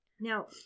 Now